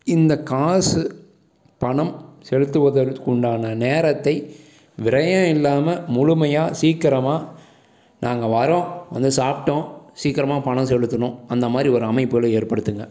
இந்த காசு பணம் செலுத்துவதற்குண்டான நேரத்தை விரையம் இல்லாம முழுமையாக சீக்கிரமாக நாங்கள் வரோம் வந்து சாப்பிட்டோம் சீக்கிரமாக பணம் செலுத்துனோம் அந்த மாதிரி ஒரு அமைப்புகளை ஏற்படுத்துங்கள்